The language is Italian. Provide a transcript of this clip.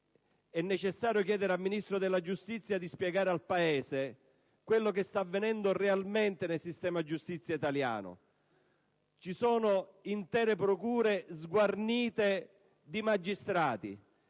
necessario che il Ministro della giustizia venga in Aula per spiegare al Paese quello che sta avvenendo realmente nel sistema giustizia italiano. Ci sono intere procure sguarnite di magistrati;